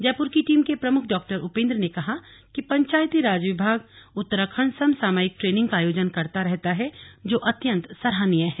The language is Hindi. जयपुर की टीम के प्रमुख डॉ उपेन्द्र ने कहा कि पंचायती राज विभाग उत्तराखंड सम सामयिक ट्रेनिंग का आयोजन करता रहता है जो अत्यंत सराहनीय है